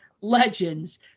Legends